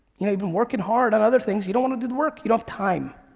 you know you've been working hard on other things. you don't wanna do the work. you don't have time.